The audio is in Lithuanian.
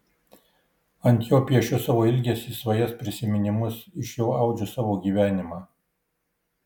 ant jo piešiu savo ilgesį svajas prisiminimus iš jo audžiu savo gyvenimą